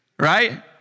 right